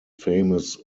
famous